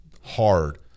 hard